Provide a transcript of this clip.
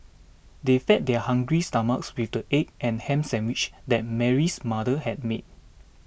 they fed their hungry stomachs with the egg and ham sandwiches that Mary's mother had made